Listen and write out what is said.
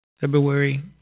February